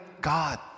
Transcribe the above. God